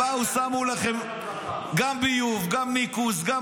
הוא מדבר לא לעניין.